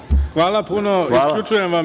Hvala puno.